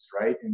right